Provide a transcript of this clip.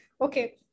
Okay